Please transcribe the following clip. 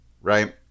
right